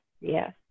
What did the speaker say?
Yes